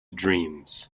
dreams